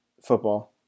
football